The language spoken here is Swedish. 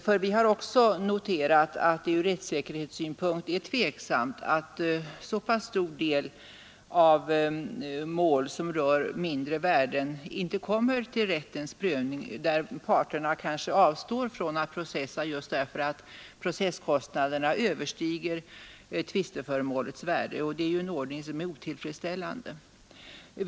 Också vi har noterat att det från rättssäkerhetssynpunkt är tveksamt att så stor del av frågor som rör mindre värden inte kommer till rättens prövning därför att parterna avstår från att processa just på grund av att processkostnaderna överstiger tvisteföremålets värde. Det är ju en otillfredsställande ordning.